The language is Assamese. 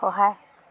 সহায়